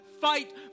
fight